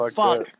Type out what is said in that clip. fuck